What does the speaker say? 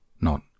Not